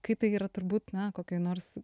kai tai yra turbūt na kokioj nors